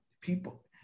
people